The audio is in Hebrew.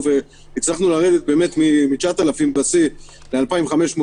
והצלחנו לרדת מ-9,000 בשיא ל-2,500 אתמול.